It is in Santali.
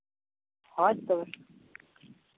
ᱦᱳᱭ ᱛᱚ